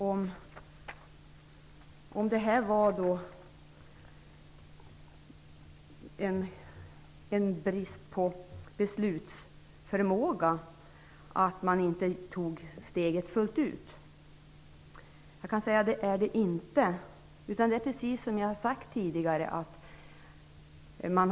Han undrade om det beror på en brist på beslutsförmåga att man inte tagit steget fullt ut. Nej, så är det inte. Det är precis som jag tidigare har sagt.